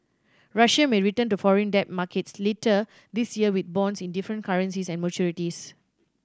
Russia may return to foreign debt markets later this year with bonds in different currencies and maturities